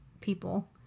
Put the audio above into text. people